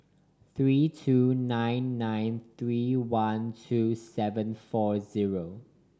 three two nine nine three one two seven four zero